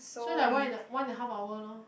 so like one in a one and the half hour lor